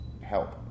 help